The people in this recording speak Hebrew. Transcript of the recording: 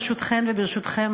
ברשותכן וברשותכם,